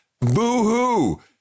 boo-hoo